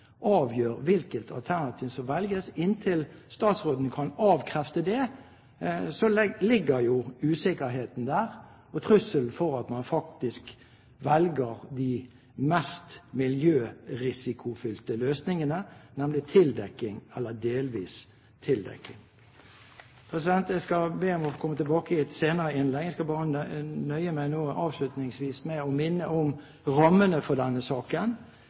avgjør hvilket alternativ som velges, ligger jo usikkerheten der og trusselen om at man faktisk velger de mest miljørisikofylte løsningene, nemlig tildekking eller delvis tildekking. Jeg skal be om å få komme tilbake i et senere innlegg. Jeg skal bare nøye meg nå avslutningsvis med å minne om rammene for denne saken.